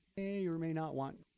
may or may not want